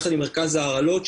יחד עם מרכז ההרעלות,